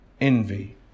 envy